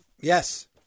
Yes